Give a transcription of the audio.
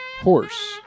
horse